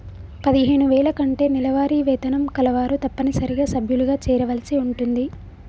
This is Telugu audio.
పదిహేను వేల కంటే నెలవారీ వేతనం కలవారు తప్పనిసరిగా సభ్యులుగా చేరవలసి ఉంటుంది